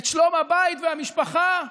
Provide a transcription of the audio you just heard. את שלום הבית והמשפחה.